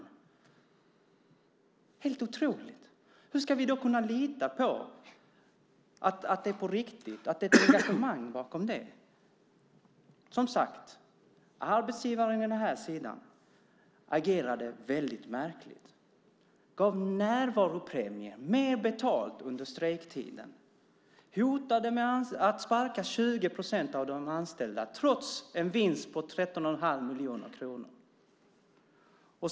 Det är helt otroligt! Hur ska vi då kunna lita på att det är på riktigt och att det finns ett engagemang bakom det? Arbetsgivaren agerade här väldigt märkligt. Han gav närvaropremie - mer betalt - under strejktiden och hotade att sparka 20 procent av de anställda trots en vinst på 13 1⁄2 miljoner kronor.